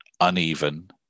uneven